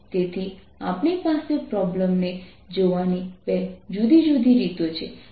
તેથી આપણી પાસે પ્રોબ્લેમને જોવાની બે જુદી જુદી રીતો છે